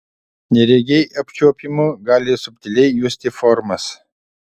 neregiai apčiuopimu gali subtiliai justi formas